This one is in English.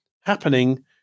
happening